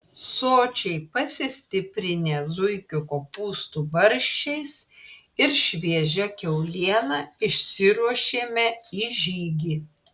sočiai pasistiprinę zuikio kopūstų barščiais ir šviežia kiauliena išsiruošėme į žygį